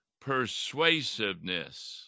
persuasiveness